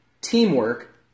teamwork